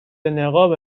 نقاب